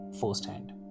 firsthand